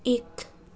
एक